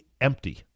empty